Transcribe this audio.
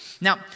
Now